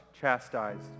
chastised